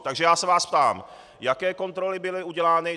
Takže já se vás ptám, jaké kontroly byly udělány.